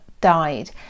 died